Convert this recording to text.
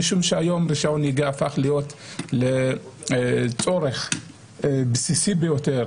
משום שהיום רישיון נהיגה הפך להיות לצורך בסיסי ביותר,